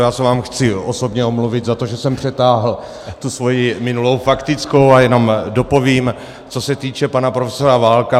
Já se vám chci osobně omluvit za to, že jsem přetáhl tu svoji minulou faktickou, a jenom dopovím, co se týče pana profesora Válka.